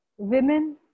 women